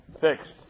Fixed